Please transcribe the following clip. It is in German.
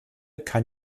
kann